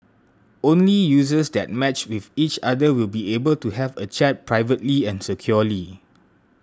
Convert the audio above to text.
only users that matched with each other will be able to have a chat privately and securely